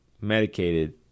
medicated